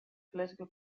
political